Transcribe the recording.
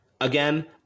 Again